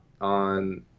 on